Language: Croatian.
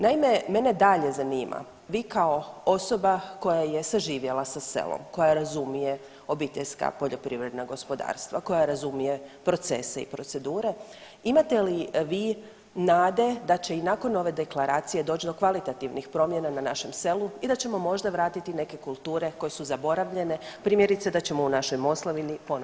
Naime, mene dalje zanima vi kao osoba koja je saživjela sa selom, koja razumije obiteljska poljoprivredna gospodarstva, koja razumije procese i procedure imate li vi nade da će i nakon ove deklaracije doći do kvalitativnih promjena na našem selu i da ćemo možda vratiti neke kulture koje su zaboravljene, primjerice da ćemo u našoj Moslavini ponovno zasaditi lan.